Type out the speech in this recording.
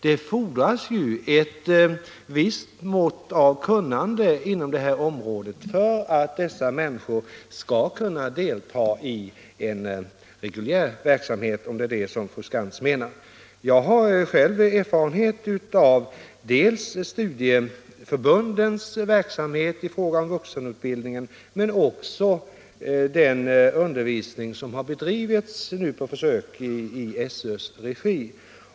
Det fordras ju ett visst mått av kunnande inom det här området för att dessa människor skall kunna delta i en reguljär verksamhet, om det är det som fru Skantz menar. Jag har själv erfarenhet av dels studieförbundens verksamhet i fråga om vuxenutbildningen, dels den undervisning som nu har bedrivits på försök i SÖ:s regi.